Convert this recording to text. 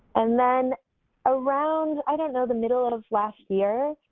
and then around, i don't know, the middle of last year,